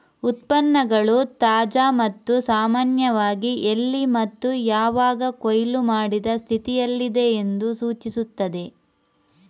ಉತ್ಪನ್ನಗಳು ತಾಜಾ ಮತ್ತು ಸಾಮಾನ್ಯವಾಗಿ ಎಲ್ಲಿ ಮತ್ತು ಯಾವಾಗ ಕೊಯ್ಲು ಮಾಡಿದ ಸ್ಥಿತಿಯಲ್ಲಿದೆ ಎಂದು ಸೂಚಿಸುತ್ತದೆ